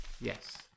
Yes